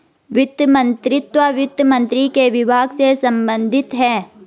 वित्त मंत्रीत्व वित्त मंत्री के विभाग से संबंधित है